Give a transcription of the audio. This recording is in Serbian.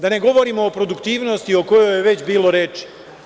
Da ne govorimo o produktivnosti o kojoj je već bilo reči.